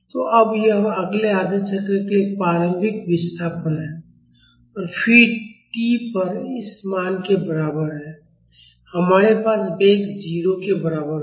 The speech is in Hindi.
तो अब यह अगले आधे चक्र के लिए प्रारंभिक विस्थापन है और फिर t पर इस मान के बराबर है हमारे पास वेग 0 के बराबर होगा